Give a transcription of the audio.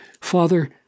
Father